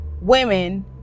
women